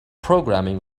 programming